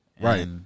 right